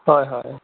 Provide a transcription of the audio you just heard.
হয় হয়